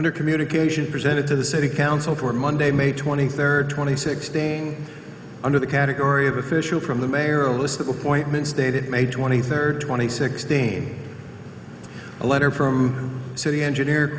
under communication presented to the city council for monday may twenty third twenty six staying under the category of official from the mayor a list of appointments dated may twenty third two thousand and sixteen a letter from city engineer